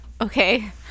Okay